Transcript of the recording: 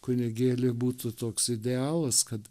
kunigėliui būtų toks idealas kad